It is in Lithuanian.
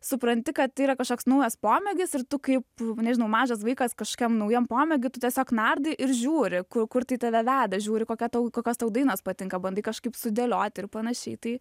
supranti kad tai yra kažkoks naujas pomėgis ir tu kaip nežinau mažas vaikas kažkokiam naujam pomėgy tu tiesiog nardai ir žiūri kur tai tave veda žiūri kokia tau kokios tau dainos patinka bandai kažkaip sudėlioti ir panašiai tai